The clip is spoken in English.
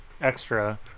extra